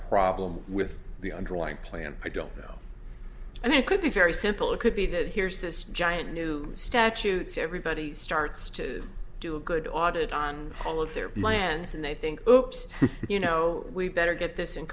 problem with the underlying plan i don't know and it could be very simple it could be that here's this giant new statutes everybody starts to do a good audit on all of their my hands and i think you know we better get this